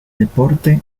deporte